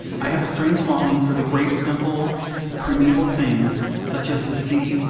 i have a strange longing for the great simple primeval things, such as the sea,